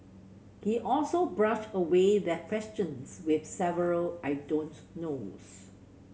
he also brushed away their questions with several I don't knows